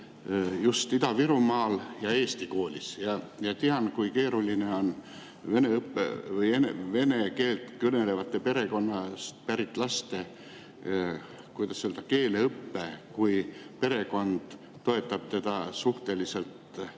just Ida-Virumaal ja eesti koolis ja ma tean, kui keeruline on vene keelt kõnelevast perekonnast pärit laste, kuidas öelda, keeleõpe, kui perekond toetab teda suhteliselt, kuidas